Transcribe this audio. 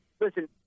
listen